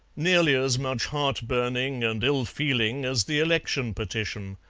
nearly as much heart-burning and ill-feeling as the election petition.